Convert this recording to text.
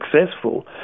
successful